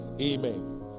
Amen